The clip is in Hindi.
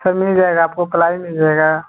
सर मिल जाएगा आपको प्लाई मिल जाएगा